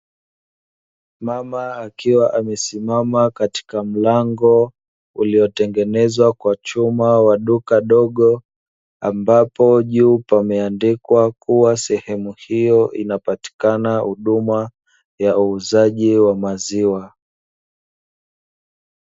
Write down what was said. Mama akiwa amesimama katika mlango uliotengenezwa kwa chuma wa duka dogo, ambapo juu pameandikwa kuwa sehemu hiyo inapatikana huduma ya uuzaji wa maziwa.